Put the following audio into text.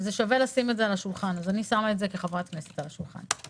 אז אני שמה את זה כחברת כנסת על השולחן.